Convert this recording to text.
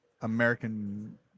American